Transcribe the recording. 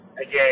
Again